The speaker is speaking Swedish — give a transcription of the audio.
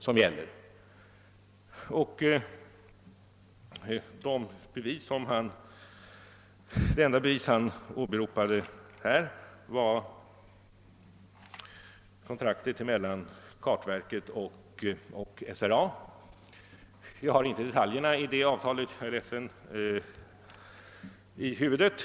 Det enda bevis härför som han åberopat i denna debatt har varit kontraktet mellan kartverket och SRA. Jag är ledsen att jag inte har detaljerna i detta avtal aktuella.